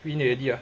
win already ah